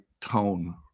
tone